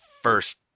first